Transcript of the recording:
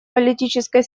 политической